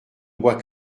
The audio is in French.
bois